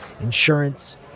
insurance